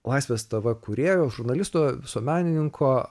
laisvės tv kūrėjo žurnalisto visuomenininko